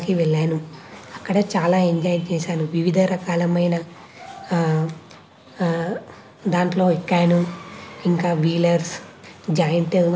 వండర్లాకి వెళ్లాను అక్కడ చాలా ఎంజాయ్ చేశాను వివిధ రకాలమైన దాంట్లో ఎక్కాను ఇంకా వీలర్స్ జాయింట్ వాల్